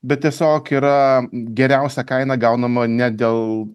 bet tiesiog yra geriausia kaina gaunama ne dėl